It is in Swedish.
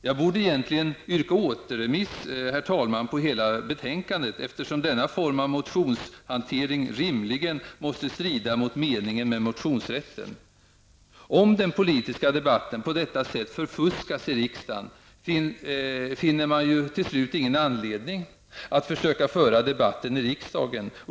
Jag borde egentligen, herr talman, yrka återremiss på hela betänkandet, eftersom denna form av motionshantering rimligen måste strida mot meningen med motionsrätten. Om den politiska debatten på detta sätt förfuskas i riksdagen, finner man ju till slut ingen anledning att försöka föra debatten i riksdagen.